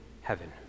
heaven